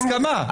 בהסכמה.